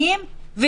יכולים להיות,